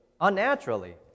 unnaturally